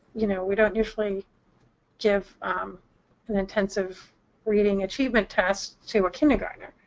you know, we don't usually give an intensive reading achievement test to a kindergartener.